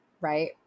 right